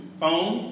phone